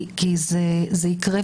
כי זה יקרה,